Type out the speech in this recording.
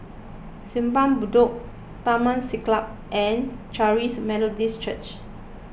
Simpang Bedok Taman Siglap and Charis Methodist Church